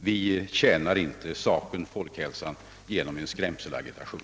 Vi tjänar inte folkhälsan genom en skrämselagitation.